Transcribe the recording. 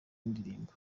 ndirimbo